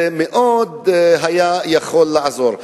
זה היה יכול לעזור מאוד.